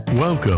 Welcome